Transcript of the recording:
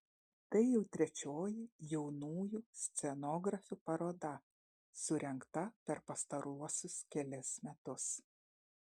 tai jau trečioji jaunųjų scenografių paroda surengta per pastaruosius kelis metus